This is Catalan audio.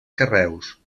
carreus